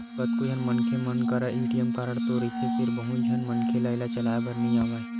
कतको झन मनखे मन करा ए.टी.एम कारड तो रहिथे फेर बहुत झन मनखे ल एला चलाए बर नइ आवय